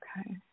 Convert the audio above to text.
okay